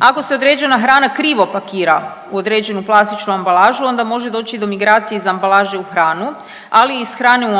Ako se određena hrana krivo pakira u određenu plastičnu ambalažu onda može doći do migracije iz ambalaže u hranu, ali i iz hrane u